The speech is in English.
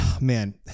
man